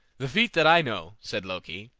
the feat that i know, said loki,